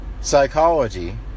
psychology